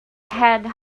had